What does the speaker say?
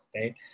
right